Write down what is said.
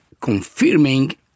confirming